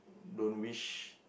don't wish